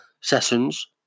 sessions